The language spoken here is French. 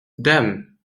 dame